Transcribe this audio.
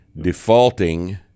defaulting